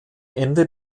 ende